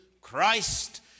Christ